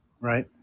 Right